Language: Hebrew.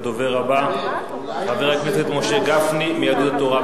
הדובר הבא, חבר הכנסת משה גפני מיהדות התורה.